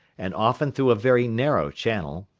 and often through a very narrow channel,